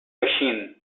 machine